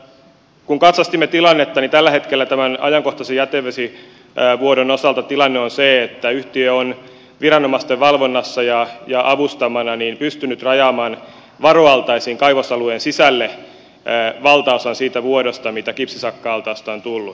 kun katsastimme tilannetta niin tällä hetkellä tämän ajankohtaisen jätevesivuodon osalta tilanne on se että yhtiö on viranomaisten valvonnassa ja avustamana pystynyt rajaamaan varoaltaisiin kaivosalueen sisälle valtaosan siitä vuodosta mitä kipsisakka altaasta on tullut